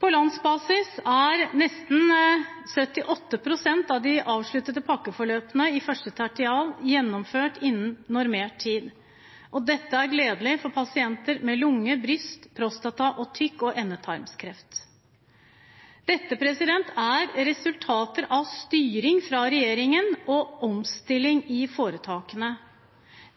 På landsbasis er nesten 78 pst. av de avsluttede pakkeforløpene i 1. tertial gjennomført innen normert tid. Dette er gledelig for pasienter med lunge-, bryst-, prostata-, tykktarms- eller endetarmskreft. Dette er resultater av styring fra regjeringen og omstilling i foretakene.